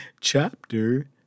Chapter